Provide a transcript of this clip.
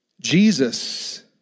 Jesus